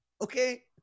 Okay